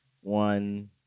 One